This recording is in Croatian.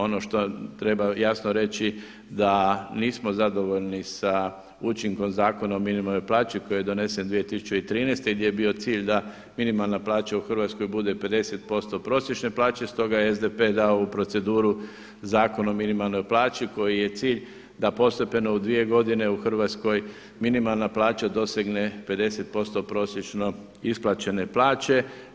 Ono što treba jasno reći da nismo zadovoljni sa učinkom Zakona o minimalnoj plaći koji je donesen 2013. gdje je bio cilj da minimalna plaća u Hrvatskoj bude 50% prosječne plaće, stoga je SDP dao u proceduru Zakon o minimalnoj plaći kojoj je cilj da postepeno u 2 godine u Hrvatskoj minimalna plaća dosegne 50% prosječno isplaćene plaće.